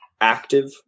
active